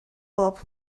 bob